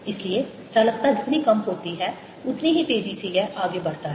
इसलिए चालकता जितनी कम होती है उतनी ही तेजी से यह आगे बढ़ता है